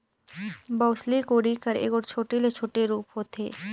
बउसली कोड़ी कर एगोट छोटे ले छोटे रूप होथे